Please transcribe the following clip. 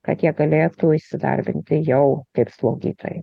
kad jie galėtų įsidarbinti jau kaip slaugytojai